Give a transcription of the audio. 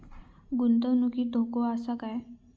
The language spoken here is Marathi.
गुंतवणुकीत धोको आसा काय?